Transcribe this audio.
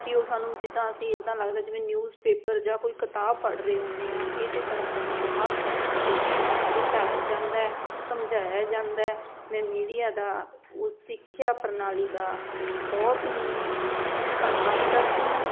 ਕਿ ਉਹ ਸਾਨੂੰ ਜਿੱਦਾਂ ਅਸੀਂ ਇੱਦਾਂ ਲੱਗਦਾ ਜਿਵੇਂ ਨਿਊਜ਼ ਪੇਪਰ ਜਾਂ ਕੋਈ ਕਿਤਾਬ ਪੜ੍ਹ ਰਹੇ ਹੁੰਦੇ ਹਾਂ ਇਸੇ ਤਰ੍ਹਾਂ ਸਾਨੂੰ ਉਹ ਹਰ ਚੈਨਲ 'ਤੇ ਦਿਖਾਇਆ ਜਾਂਦਾ ਸਮਝਾਇਆ ਜਾਂਦਾ ਮੈਂ ਮੀਡੀਆ ਦਾ ਉਸ ਸਿੱਖਿਆ ਪ੍ਰਣਾਲੀ ਦਾ ਬਹੁਤ ਹੀ ਧੰਨਵਾਦ ਕਰਦੀ ਹਾਂ